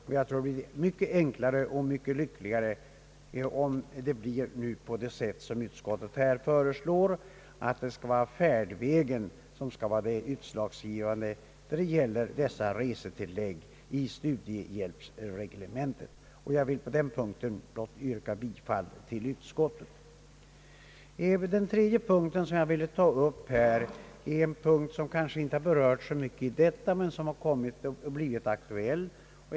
Det är mycket enklare och lyckligare för de studerande om det blir på det sätt som ”atskottet föreslår, nämligen att uteslutande färdväg skall vara utslagsgivande då det gäller resetillägg i studiehjälpsreglementet. På den punkten vill jag yrka bifall till utskottets hemställan. Den tredje punkten har kanske inte berörts så mycket här, men den har kommit att bli aktuell.